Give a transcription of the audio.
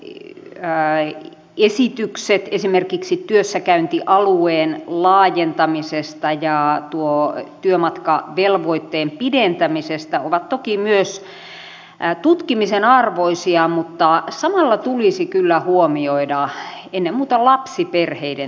nuo aivan tuoreet esitykset esimerkiksi työssäkäyntialueen laajentamisesta ja tuon työmatkavelvoitteen pidentämisestä ovat toki myös tutkimisen arvoisia mutta samalla tulisi kyllä huomioida ennen muuta lapsiperheiden tilanne